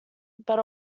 but